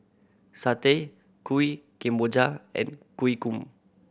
satay Kuih Kemboja and kueh gong